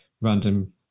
random